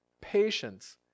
patience